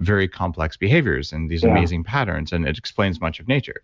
very complex behaviors and these amazing patterns and it explains much of nature.